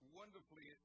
wonderfully